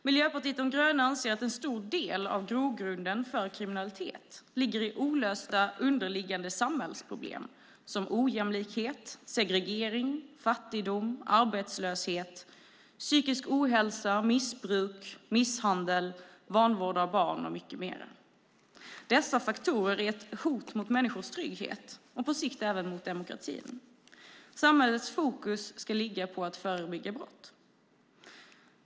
Miljöpartiet de gröna anser att en stor del av grogrunden för kriminalitet ligger i olösta underliggande samhällsproblem som ojämlikhet, segregering, fattigdom, arbetslöshet, psykisk ohälsa, missbruk, misshandel, vanvård av barn och mycket mer. Dessa faktorer är ett hot emot människors trygghet och på sikt även mot demokratin. Samhällets fokus ska ligga på att förebygga brott.